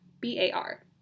B-A-R